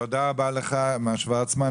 תודה רבה לך, מר שוורצמן.